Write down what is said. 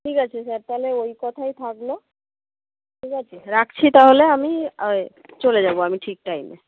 ঠিক আছে স্যার তাহলে ওই কথাই থাকলো ঠিক আছে রাখছি তাহলে আমি চলে যাবো আমি ঠিক টাইমে